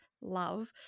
love